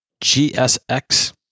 GSX